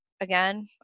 again